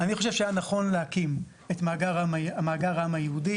אני חושב שהיה נכון להקים את מאגר העם היהודי.